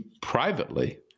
privately